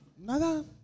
nada